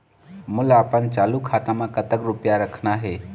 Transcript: मोला अपन चालू खाता म कतक रूपया रखना हे?